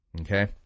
Okay